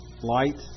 light